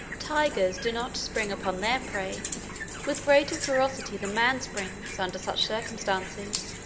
tigers do not spring upon their prey with greater ferocity than man springs, under such circumstances,